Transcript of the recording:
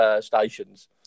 stations